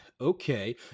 Okay